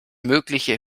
mögliche